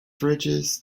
fridges